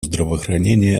здравоохранения